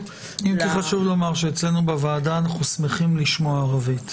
(1) יבוא: "(1א) בדואר אלקטרוני עם אישור מאת הנמען כי קיבל את ההודעה,